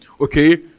okay